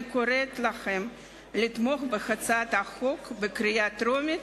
אני קוראת לכם לתמוך בהצעת החוק בקריאה טרומית.